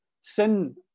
sin